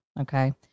Okay